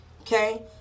okay